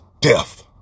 death